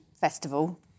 festival